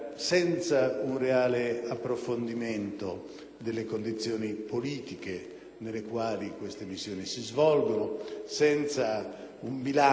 nelle quali queste missioni si svolgono, senza un bilancio e una valutazione delle diverse situazioni e dei diversi scenari